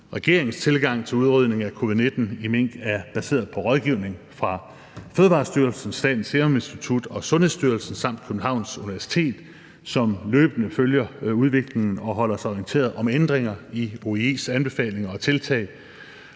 Regeringens tilgang til udryddelse af covid-19 i minkbesætninger er baseret på rådgivning fra Fødevarestyrelsen, Statens Serum Institut, Sundhedsstyrelsen og Københavns Universitet, som løbende følger udviklingen og holder sig orienteret om ændringer i OIE's anbefalinger og tiltag,